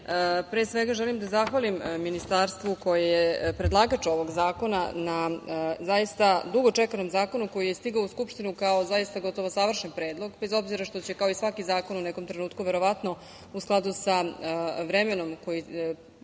pre svega želim da zahvalim ministarstvu koje je predlagač ovog zakona na zaista dugo čekanom zakonu koji je stigao u Skupštinu kao zaista gotovo završen predlog, bez obzira što će kao i svaki zakon u nekom trenutku verovatno u skladu sa vremenom koji